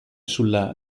sulla